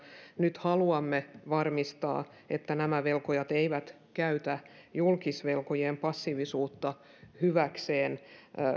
nyt haluamme varmistaa että nämä velkojat eivät käytä julkisvelkojien passiivisuutta hyväkseen